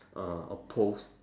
uh oppose